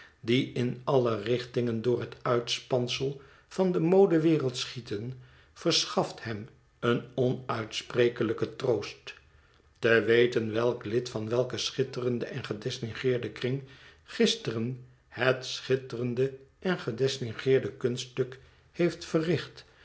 die in alle richtingen door het uitspansel van de modewereld schieten verschaft hem een onuitsprekelijken troost te weten welk lid van welken schitterenden en gedistingueerden kring gisteren het schitterende en gedistingueerde kunststuk heeft verricht